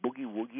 boogie-woogie